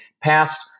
past